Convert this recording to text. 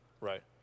Right